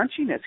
crunchiness